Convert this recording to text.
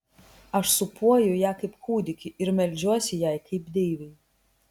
aš sūpuoju ją kaip kūdikį ir meldžiuosi jai kaip deivei